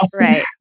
Right